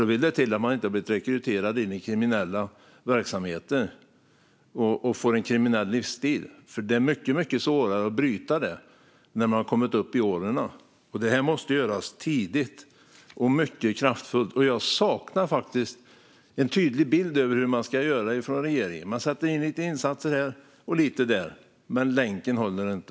Då vill det till att de inte blir rekryterade in i kriminella verksamheter och får en kriminell livsstil. Det är mycket svårare att bryta den när man har kommit upp i åren. Det måste göras tidigt och kraftfullt. Jag saknar en tydlig bild från regeringens sida av vad man ska göra. Man sätter in insatser här och lite där, men länken håller inte.